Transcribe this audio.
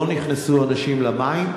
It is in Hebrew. אנשים לא נכנסו למים,